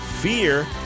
Fear